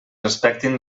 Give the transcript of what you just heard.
respectin